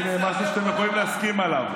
הינה משהו שאתם יכולים להסכים עליו.